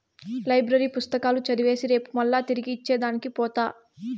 library పుస్తకాలు చదివేసి రేపు మల్లా తిరిగి ఇచ్చే దానికి పోత